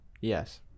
Yes